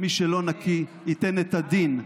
מי שלא נקי ייתן את הדין,